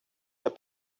the